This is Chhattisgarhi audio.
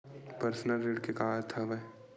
पर्सनल ऋण के का अर्थ हवय?